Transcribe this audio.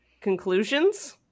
conclusions